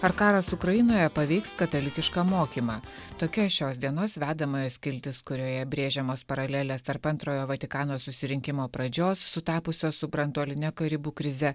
ar karas ukrainoje paveiks katalikišką mokymą tokia šios dienos vedamojo skiltis kurioje brėžiamos paralelės tarp antrojo vatikano susirinkimo pradžios sutapusio su branduoline karibų krizė